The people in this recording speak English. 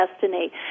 destiny